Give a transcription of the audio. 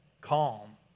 calm